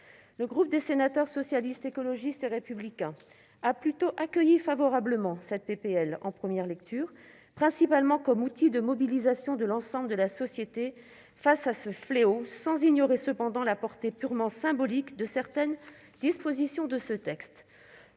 Le groupe Socialiste, Écologiste et Républicain a accueilli plutôt favorablement cette proposition de loi en première lecture, principalement comme outil de mobilisation de l'ensemble de la société face à ce fléau, sans ignorer cependant la portée purement symbolique de certaines dispositions de ce texte.